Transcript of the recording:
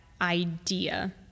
idea